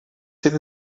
sydd